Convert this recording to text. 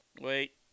Wait